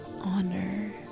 honor